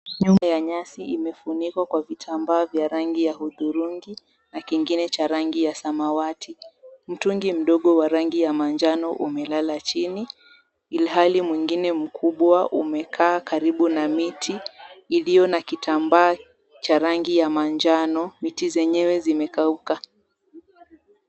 Nyumba ya nyasi imefunikwa kwa vitambaa vya rangi ya huthurungi, na kingine cha rangi ya samawati. Mtungi mdogo wa rangi ya manjano umelala chini, ilhali mwingine mkubwa umekaa karibu na miti, iliyo na kitambaa cha rangi ya manjano. Miti zenyewe zimekauka.